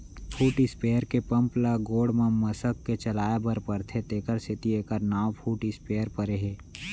foot sprayer के pump ल गोड़ म मसक के चलाए बर परथे तेकर सेती एकर नांव फुट स्पेयर परे हे